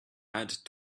add